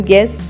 Yes